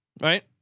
Right